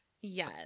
Yes